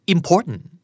Important